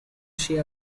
she